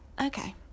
Okay